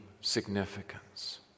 significance